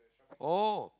oh